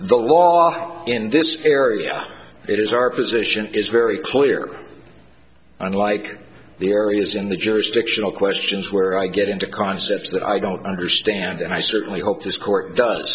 the law in this area it is our position is very clear unlike the areas in the jurisdictional questions where i get into concepts that i don't understand and i certainly hope this court